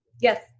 Yes